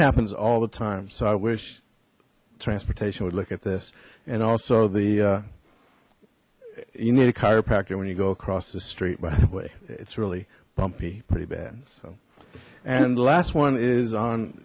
happens all the time so i wish transportation would look at this and also the you need a chiropractor when you go across the street by the way it's really bumpy pretty bad and last one is on